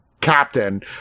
captain